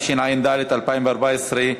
התשע"ד 2014,